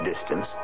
distance